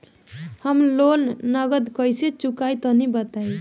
हम लोन नगद कइसे चूकाई तनि बताईं?